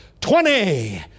twenty